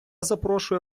запрошую